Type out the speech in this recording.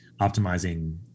optimizing